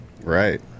right